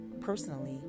personally